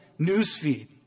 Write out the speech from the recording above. newsfeed